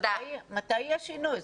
מתי יהיה שינוי?